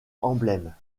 emblème